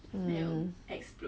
mm